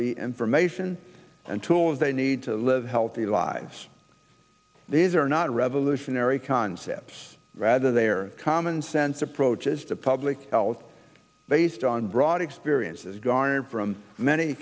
the information and tools they need to live healthy lives these are not revolutionary concepts rather they are common sense approaches to public health based on broad experiences garnered from many